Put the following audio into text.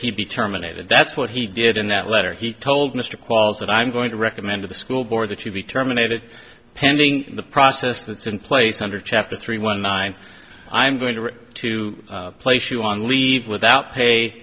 he be terminated that's what he did in that letter he told mr qualls that i'm going to recommend to the school board that you be terminated pending the process that's in place under chapter three one i am going to read to place you on leave without pay